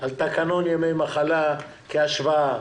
על תקנון ימי מחלה כהשוואה.